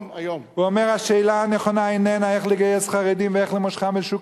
הוא אומר: השאלה הנכונה איננה איך לגייס חרדים ואיך למושכם לשוק